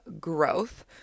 growth